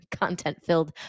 content-filled